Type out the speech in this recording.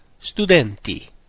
studenti